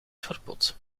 verpot